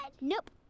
Nope